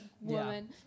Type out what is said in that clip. woman